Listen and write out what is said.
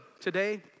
today